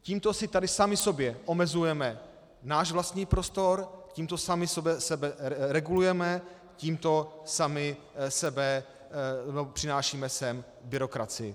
Tímto si tady sami sobě omezujeme náš vlastní prostor, tímto sami sebe regulujeme, tímto sami sobě přinášíme byrokracii.